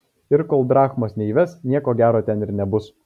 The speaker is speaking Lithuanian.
ir kol drachmos neįves nieko gero ten ir nebus